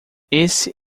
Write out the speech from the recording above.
esse